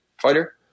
fighter